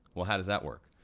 well how does that work?